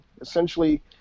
essentially